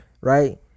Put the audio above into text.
Right